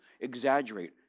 exaggerate